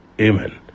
Amen